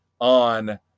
on